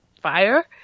fire